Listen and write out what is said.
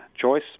choice